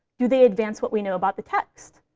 do they advance what we know about the text?